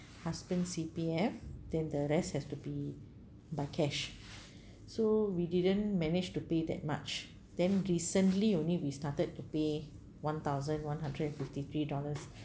husband's C_P_F than the rest has to be by cash so we didn't manage to pay that much then recently only we started to pay one thousand one hundred and fifty three dollars